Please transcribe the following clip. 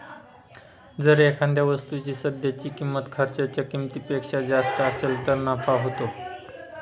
जर एखाद्या वस्तूची सध्याची किंमत खर्चाच्या किमतीपेक्षा जास्त असेल तर नफा होतो